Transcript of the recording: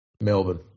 Melbourne